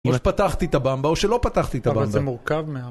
או שפתחתי את הבמבה או שלא פתחתי את הבמבה. אבל זה מורכב מאוד